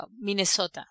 Minnesota